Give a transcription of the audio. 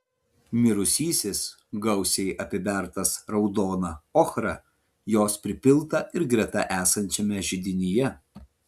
mirusysis gausiai apibertas raudona ochra jos pripilta ir greta esančiame židinyje